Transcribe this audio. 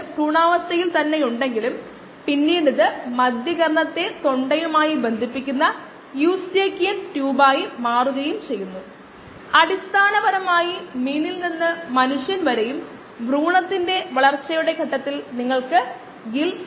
single കോശങ്ങളുടെ suspension മുമ്പത്തെപ്പോലെ തന്നെ 70 ഡിഗ്രി സെൽഷ്യസിൽ കോശങ്ങളുടെ സാന്ദ്രത 100 ശതമാനത്തിൽ നിന്ന് 20 ശതമാനത്തിലേക്ക് പോകാൻ 300 സെക്കൻഡ് എടുക്കും